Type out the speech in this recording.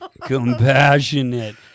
compassionate